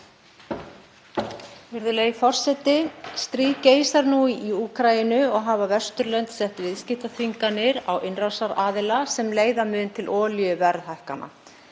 Virðulegi forseti. Stríð geisar nú í Úkraínu og hafa Vesturlönd setti viðskiptaþvinganir á innrásaraðila sem leiða mun til olíuverðhækkana.